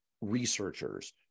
researchers